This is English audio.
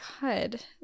God